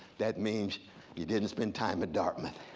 that means you didn't spend time at dartmouth.